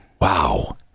Wow